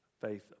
faith